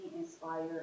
Inspired